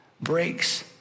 breaks